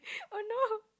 oh no